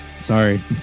Sorry